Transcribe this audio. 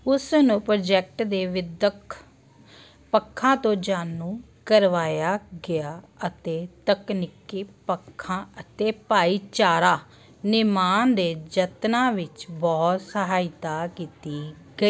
ਉਸ ਨੂੰ ਪ੍ਰੋਜੈਕਟ ਦੇ ਵਿਦਿਅਕ ਪੱਖਾਂ ਤੋਂ ਜਾਣੂ ਕਰਵਾਇਆ ਗਿਆ ਅਤੇ ਤਕਨੀਕੀ ਪੱਖਾਂ ਅਤੇ ਭਾਈਚਾਰਾ ਨਿਰਮਾਣ ਦੇ ਯਤਨਾਂ ਵਿੱਚ ਬਹੁਤ ਸਹਾਇਤਾ ਕੀਤੀ ਗਈ